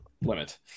limit